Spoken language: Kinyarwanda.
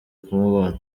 kumubona